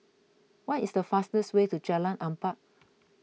what is the fastest way to Jalan Empat